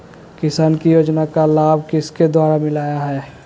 किसान को योजना का लाभ किसके द्वारा मिलाया है?